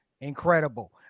incredible